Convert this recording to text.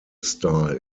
style